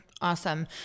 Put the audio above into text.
Awesome